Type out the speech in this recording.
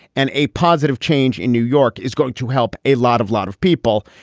and a positive change in new york is going to help a lot of lot of people.